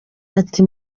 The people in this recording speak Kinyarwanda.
ati